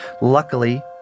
Luckily